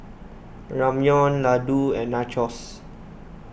Ramyeon Ladoo and Nachos